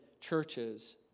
churches